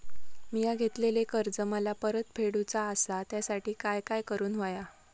मिया घेतलेले कर्ज मला परत फेडूचा असा त्यासाठी काय काय करून होया?